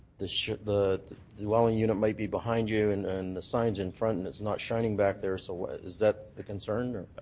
the the dwelling unit might be behind you and and the sign is in front and it's not shining back there, so ah that the concern or